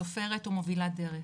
סופרת ומובילת דרך,